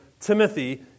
Timothy